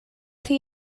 chi